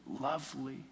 lovely